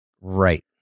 Right